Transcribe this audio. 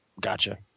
Gotcha